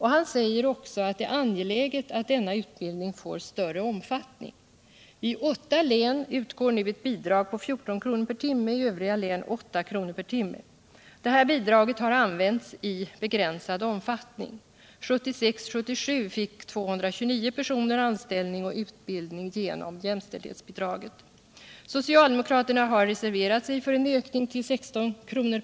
Han säger också att det är angeläget att denna utbildning får större omfattning. I åtta län utgår nu ett bidrag på 14 kr. per timme, i övriga län 8 kr. per timme. Det här bidraget har använts i begränsad omfattning. 1976/77 fick 229 personer anställning och utbildning genom jämställdhetsbidraget. Socialdemokraterna har reserverat sig för en ökning till 16 kr.